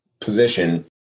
position